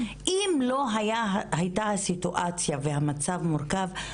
אם לא הייתה הסיטואציה והמצב מורכב,